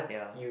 ya